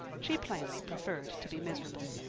she plainly preferred to be miserable.